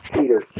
Peter